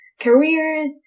careers